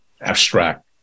abstract